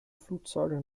flugzeuge